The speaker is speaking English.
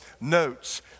notes